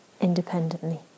independently